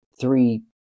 three